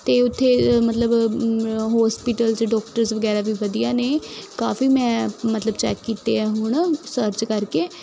ਅਤੇ ਉੱਥੇ ਮਤਲਬ ਹੋਸਪਿਟਲ ਡਾਕਟਰਸ ਵਗੈਰਾ ਵੀ ਵਧੀਆ ਨੇ ਕਾਫੀ ਮੈਂ ਮਤਲਬ ਚੈੱਕ ਕੀਤੇ ਆ ਹੁਣ ਸਰਚ ਕਰਕੇ